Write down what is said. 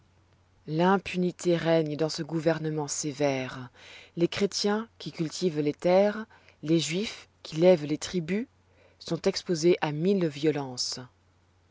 l'impunité règne dans ce gouvernement sévère les chrétiens qui cultivent les terres les juifs qui lèvent les tributs sont exposés à mille violences